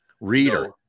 Reader